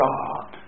God